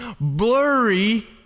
blurry